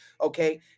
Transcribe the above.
Okay